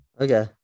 Okay